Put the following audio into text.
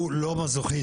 הוא לא מזוכיסט,